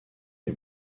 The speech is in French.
est